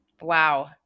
Wow